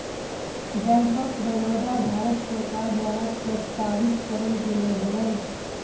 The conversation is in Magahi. बैंक आफ बडौदा, भारत सरकार द्वारा प्रस्तावित करल गेले हलय